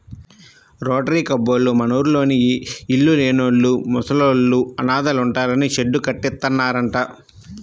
rotary కబ్బోళ్ళు మనూర్లోని ఇళ్ళు లేనోళ్ళు, ముసలోళ్ళు, అనాథలుంటానికి షెడ్డు కట్టిత్తన్నారంట